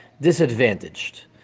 disadvantaged